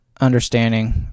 understanding